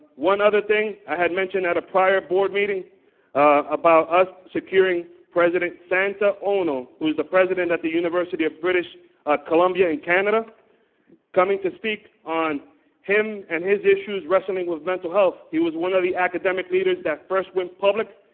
one other thing i had mentioned a prior board meeting about us securing president santa ono who is the president at the university of british columbia in canada coming to speak on him and his issues wrestling with mental health he was one of the academic leaders that first went public